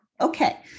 Okay